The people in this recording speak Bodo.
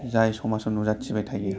जाय समाजाव नुजाथिबाय थायो